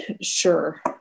sure